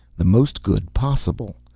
the most good possible.